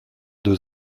deux